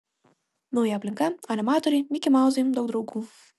nauja aplinka animatoriai mikimauzai daug draugų